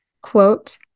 quote